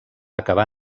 acabar